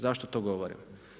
Zašto to govorim?